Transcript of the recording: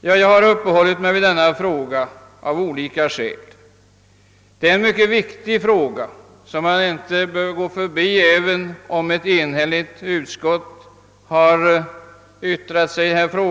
Jag har uppehållit mig vid frågan om religionsundervisningen av flera skäl. Det är en mycket viktig fråga som man inte bör gå förbi, även om utskottet därvidlag har varit enhälligt.